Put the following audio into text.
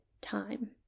time